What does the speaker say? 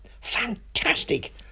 fantastic